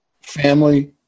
family